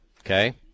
Okay